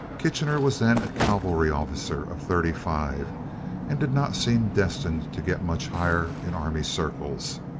kitchener was then a cavalry officer of thirty-five, and did not seem destined to get much higher in army circles.